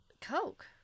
coke